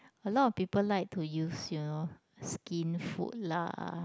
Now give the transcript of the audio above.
a lot of people like to use you know Skinfood lah